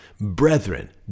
Brethren